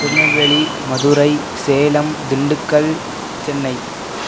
Tirunelveli Madurai Salem Dindigul Chennai